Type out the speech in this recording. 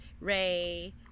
Ray